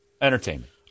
Entertainment